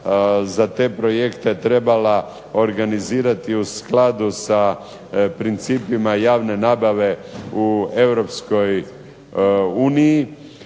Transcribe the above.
za te projekte trebala organizirati u skladu sa principima javne nabave u